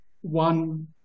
one